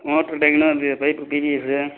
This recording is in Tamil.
மோட்ருடைன்னால் அது ஃபைவ் ஃபிஃட்டி பீஸ் சார்